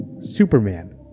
Superman